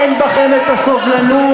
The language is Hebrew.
אין בכם הסובלנות.